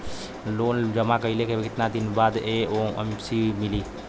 Loan जमा कइले के कितना दिन बाद एन.ओ.सी मिली?